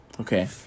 Okay